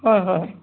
হয় হয়